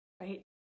right